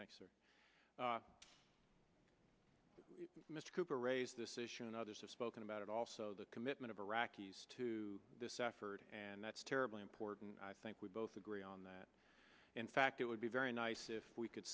again mr cooper raised this issue and others have spoken about it also the commitment of iraqis to this effort and that's terribly important i think we both agree on that in fact it would be very nice if we c